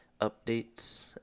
updates